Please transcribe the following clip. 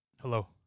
Hello